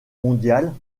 mondiale